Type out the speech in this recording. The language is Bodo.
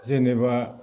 जेनोबा